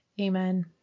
Amen